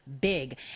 big